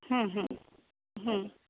হু হু হু